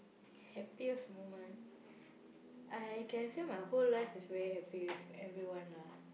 happiest moment I can say my whole life is very happy with everyone lah